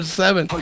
seven